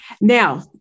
Now